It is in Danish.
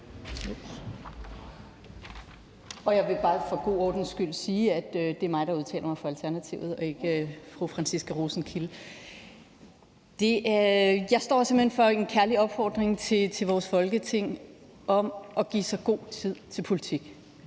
Jeg vil bare for god ordens skyld sige, at det er mig, der udtaler mig for Alternativet, og ikke fru Franciska Rosenkilde. Jeg står her simpelt hen for at komme med en kærlig opfordring til vores Folketing om at give sig god tid til politik.